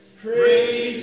Praise